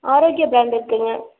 Arokya brand இருக்குதுங்க